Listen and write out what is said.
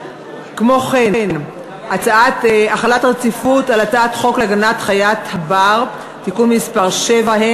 החלת דין רציפות על הצעת חוק להגנת חיית הבר (תיקון מס' 7),